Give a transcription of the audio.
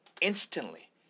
Instantly